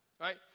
right